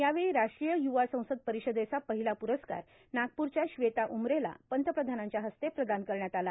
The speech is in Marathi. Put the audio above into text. यावेळी राष्ट्रीय युवा संसद परिषदेचा पहिला पुरस्कार नागपुरच्या श्वेता उमरेला पंतप्रधानांच्या हस्ते प्रदान करण्यात आला